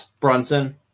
Brunson